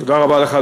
תודה רבה לך.